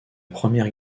première